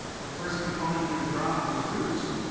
the first component you're going to drop is roots.